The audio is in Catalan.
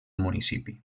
municipi